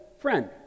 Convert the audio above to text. friend